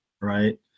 Right